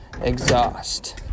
exhaust